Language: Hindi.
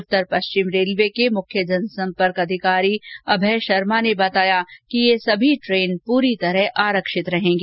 उत्तर पश्चिम रेलवे के मुख्य जनसंपर्क अधिकारी अभय शर्मा ने बताया कि ये सभी ट्रेन पूरी तरह आरक्षित रहेंगी